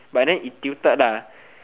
but then it tilted lah